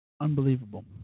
unbelievable